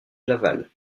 laval